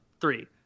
three